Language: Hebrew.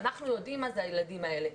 אנחנו יודעים מה זה הילדים האלה.